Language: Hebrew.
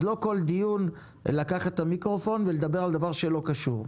אז לא כל דיון לקחת את המיקרופון ולדבר על דבר שהוא לא קשור.